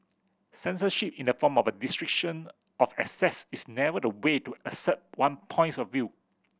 censorship in the form of a restriction of access is never the way to assert one points of view